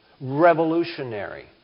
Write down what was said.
revolutionary